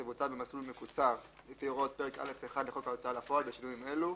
תבוצע במסלול מקוצר לפי הוראות פרק א'1 לחוק ההוצאה לפועל בשינויים אלו: